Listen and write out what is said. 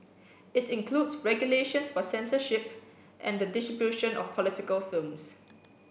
it includes regulations for censorship and the distribution of political films